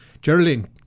Geraldine